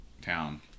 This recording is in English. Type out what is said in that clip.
town